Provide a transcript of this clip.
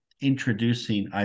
introducing